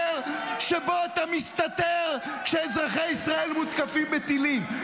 שבו אתה מסתתר כשאזרחי ישראל מותקפים בטילים?